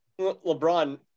LeBron